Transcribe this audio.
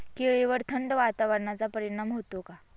केळीवर थंड वातावरणाचा परिणाम होतो का?